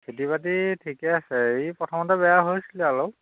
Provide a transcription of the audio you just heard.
খেতি বাতি ঠিকে আছে এই প্ৰথমতে বেয়া হৈছিলে অলপ